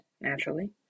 Naturally